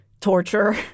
torture